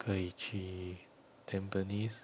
可以去 tampines